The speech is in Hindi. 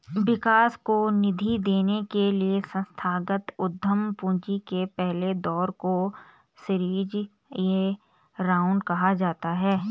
विकास को निधि देने के लिए संस्थागत उद्यम पूंजी के पहले दौर को सीरीज ए राउंड कहा जाता है